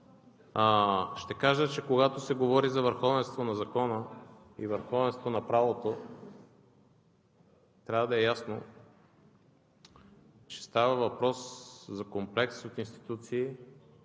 Ще кажа, че когато се говори за върховенство на закона и върховенство на правото, трябва да е ясно, че става въпрос за комплекс от институции